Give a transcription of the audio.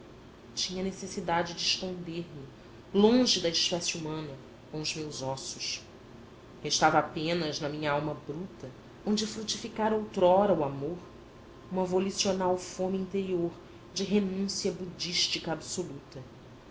tinha necessidade de esconder me longe da espécie humana com os meus ossos restava apenas na minha alma bruta onde frutificara outrora o amor uma volicional fome interior de renúncia budística absoluta